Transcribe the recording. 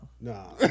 No